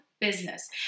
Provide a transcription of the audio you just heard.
business